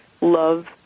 love